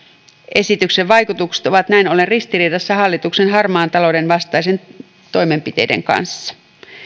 esityksen vaikutukset ovat näin ollen ristiriidassa hallituksen harmaan talouden vastaisten toimenpiteiden kanssa